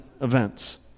events